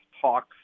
talks